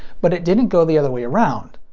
but it didn't go the other way around.